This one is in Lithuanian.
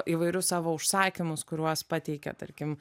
įvairius savo užsakymus kuriuos pateikia tarkim